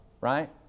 right